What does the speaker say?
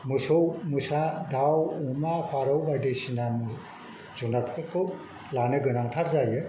मोसौ मोसा दाउ अमा फारौ बायदिसिना जुनारफोरखौ लानो गोनांथार जायो